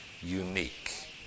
unique